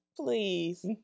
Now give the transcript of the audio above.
Please